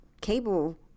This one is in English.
cable